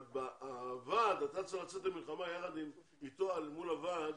אבל בוועד אתה צריך לצאת למלחמה יחד אתו מול הוועד.